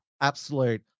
absolute